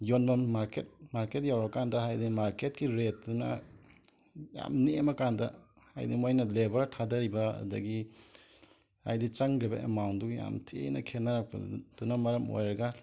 ꯌꯣꯟꯐꯝ market market ꯌꯧꯔꯛꯑꯀꯥꯟꯗ ꯍꯥꯏꯗꯤ ꯃꯥꯔꯀꯦꯠꯀꯤ ꯔꯦꯠꯇꯨꯅ ꯌꯥꯝ ꯅꯦꯝꯃꯀꯥꯟꯗ ꯍꯥꯏꯗꯤ ꯃꯣꯏꯅ ꯂꯦꯕꯔ ꯊꯥꯊꯔꯤꯕ ꯑꯗꯒꯤ ꯍꯥꯏꯗꯤ ꯆꯪꯈ꯭ꯔꯤꯕ ꯑꯦꯃꯥꯎꯟꯗꯨꯒ ꯌꯥꯝ ꯊꯤꯅ ꯈꯦꯠꯅꯔꯛꯄꯗꯨ ꯅ ꯃꯔꯝ ꯑꯣꯏꯔꯒ